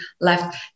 left